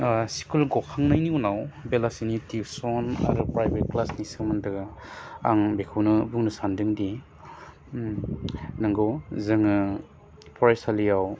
school गखांनायनि उनाव बेलासिनि टिउसन आरो प्राइभेट क्लासनि सोमोन्दो आं बेखौनो बुंनो सानदोंदि नंगौ जोङो फरायसालियाव